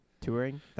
Touring